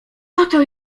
oto